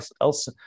else